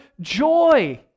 joy